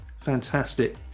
Fantastic